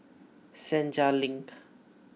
Senja Link